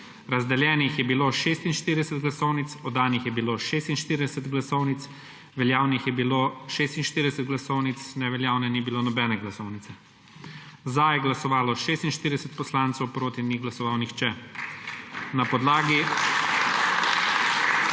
Razdeljenih je bilo 46 glasovnic, oddanih je bilo 46 glasovnic, veljavnih je bilo 46 glasovnic, neveljavne ni bilo nobene glasovnice. Za je glasovalo 46 poslancev, proti ni glasoval nihče. Na podlagi